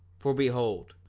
for behold,